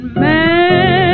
man